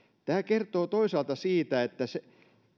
tämä kertoo toisaalta siitä että se